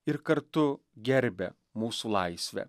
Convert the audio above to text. ir kartu gerbia mūsų laisvę